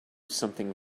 something